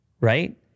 right